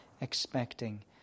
expecting